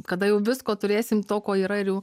kada jau visko turėsim to ko yra ir jau